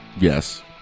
Yes